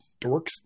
dorks